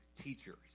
teachers